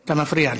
אתה מפריע לי.